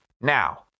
now